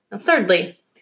Thirdly